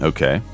Okay